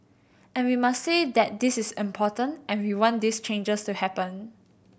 and we must say that this is important and we want these changes to happen